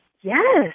Yes